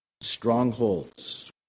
strongholds